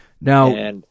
Now